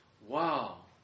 wow